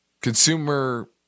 consumer